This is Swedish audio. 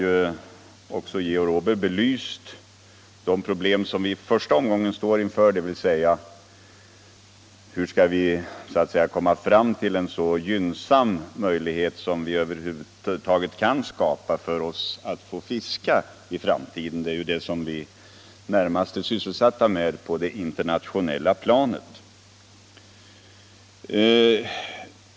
Herr Åberg har redan belyst de problem som vi i det sammanhanget i första hand kommer att stå inför, nämligen hur vi skall kunna skapa så gynnsamma villkor som över huvud taget är möjliga när det gäller att få fiska i framtiden. Det är ju det frågan närmast gäller vid diskussionerna på det internationella planet.